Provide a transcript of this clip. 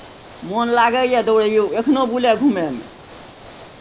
मौन लागैए दौड़ैओ एखनहु बुलय घुमयमे